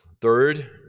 third